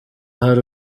hari